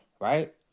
right